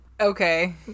Okay